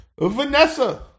Vanessa